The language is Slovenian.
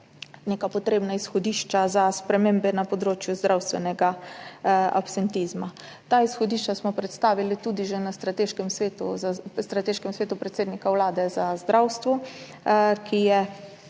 neka potrebna izhodišča za spremembe na področju zdravstvenega absentizma. Ta izhodišča smo predstavili že na Strateškem svetu za zdravstvo